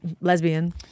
lesbian